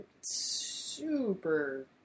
super